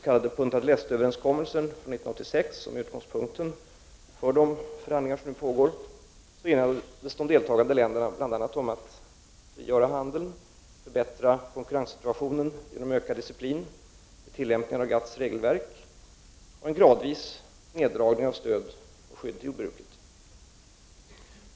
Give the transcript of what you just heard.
I Punta del Este-överenskommelsen från 1986, som är utgångspunkten för de pågående förhandlingarna, enades de deltagande länderna bl.a. om att liberalisera handeln, förbättra konkurrenssituationen genom ökad disciplin vid tillämpningar av GATT:s regelverk och en gradvis neddragning av stöd och skydd till jordbruket.